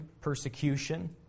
persecution